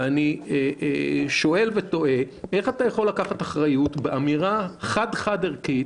ואני שואל ותוהה איך אתה יכול לקחת אחריות באמירה חד-חד-ערכית,